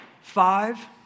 five